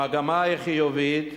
המגמה היא חיובית,